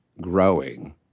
growing